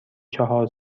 چهار